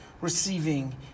receiving